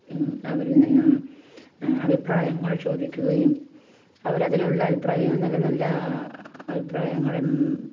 അവരിൽ നിന്നും അഭിപ്രായങ്ങൾ ചോദിക്കുകയും അവരതിനുള്ള അഭിപ്രായങ്ങൾ നല്ല നല്ല അഭിപ്രായങ്ങളും